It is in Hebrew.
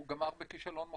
הוא גמר בכישלון מוחלט.